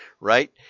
right